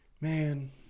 man